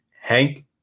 Hank